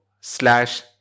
slash